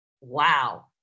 Wow